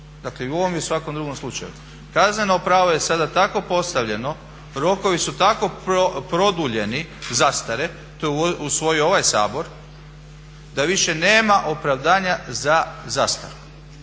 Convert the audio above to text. Dakle i u ovom i u svakom drugom slučaju. Kazneno pravo je sada tako postavljeno, rokovi su tako produljeni zastare, to je usvojio ovaj Sabor da više nema opravdanja za zastaru.